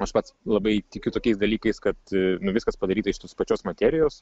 aš pats labai tikiu tokiais dalykais kad nu viskas padaryta iš tos pačios materijos